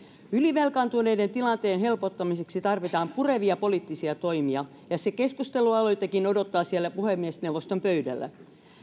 ylivelkaantuneiden tilanteen helpottamiseksi tarvitaan purevia poliittisia toimia ja se keskustelualoitekin odottaa siellä puhemiesneuvoston pöydällä